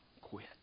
quit